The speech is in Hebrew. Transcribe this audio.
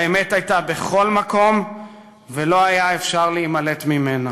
האמת הייתה בכל מקום ולא היה אפשר להימלט ממנה.